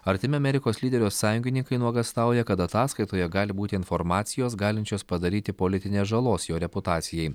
artimi amerikos lyderio sąjungininkai nuogąstauja kad ataskaitoje gali būti informacijos galinčios padaryti politinės žalos jo reputacijai